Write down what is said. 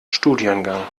studiengang